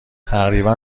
تقریبا